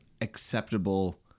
acceptable